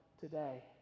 today